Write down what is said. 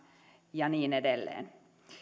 ja niin edelleen arvoisa